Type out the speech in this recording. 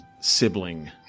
sibling